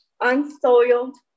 unsoiled